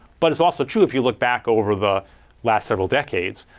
but it's also true if you look back over the last several decades,